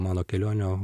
mano kelionių